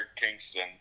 Kingston